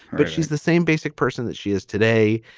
but she's the same basic person that she is today.